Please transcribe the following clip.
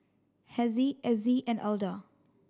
Hezzie Azzie and Alda